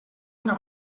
una